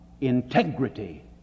integrity